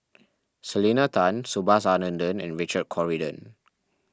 Selena Tan Subhas Anandan and Richard Corridon